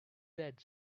that